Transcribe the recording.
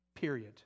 Period